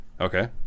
Okay